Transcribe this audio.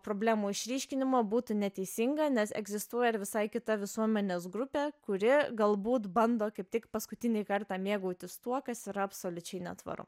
problemų išryškinimo būtų neteisinga nes egzistuoja ir visai kita visuomenės grupė kuri galbūt bando kaip tik paskutinį kartą mėgautis tuo kas yra absoliučiai netvaru